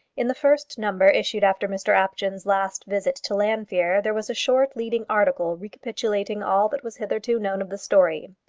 in the first number issued after mr apjohn's last visit to llanfeare there was a short leading article recapitulating all that was hitherto known of the story.